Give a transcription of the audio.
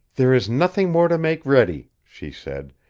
there is nothing more to make ready, she said.